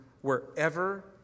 wherever